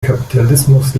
kapitalismus